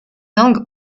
langue